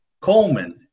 Coleman